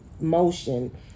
motion